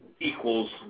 equals